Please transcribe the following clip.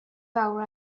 fawr